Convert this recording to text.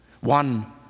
One